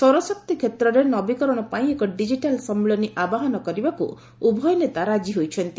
ସୌର ଶକ୍ତି କ୍ଷେତ୍ରରେ ନବୀକରଣ ପାଇଁ ଏକ ଡିକିଟାଲ୍ ସମ୍ମିଳନୀ ଆବାହନ କରିବାକୁ ଉଭୟ ନେତା ରାଜି ହୋଇଛନ୍ତି